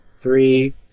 three